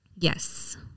Yes